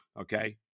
okay